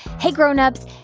hey, grown-ups,